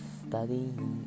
studying